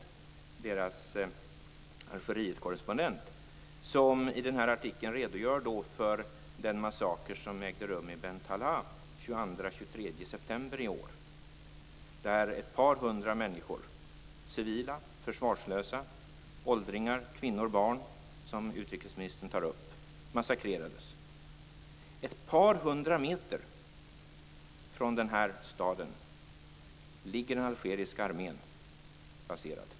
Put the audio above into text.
Tidningens Algerietkorrespondent redogör i artikeln för den massaker som ägde rum i Bentalha den 22 och 23 september i år, där ett par hundra människor - civila, försvarslösa, åldringar, kvinnor och barn, som utrikesministern tar upp - massakrerades. Ett par hundra meter från denna stad ligger den algeriska armén placerad.